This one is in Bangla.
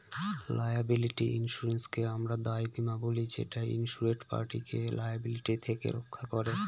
লায়াবিলিটি ইন্সুরেন্সকে আমরা দায় বীমা বলি যেটা ইন্সুরেড পার্টিকে লায়াবিলিটি থেকে রক্ষা করে